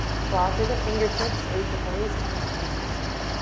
claw through the fingertips or you can always come to fists here.